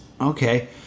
Okay